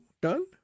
done